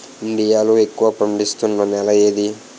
India లో ఎక్కువ పండిస్తున్నా నేల ఏది?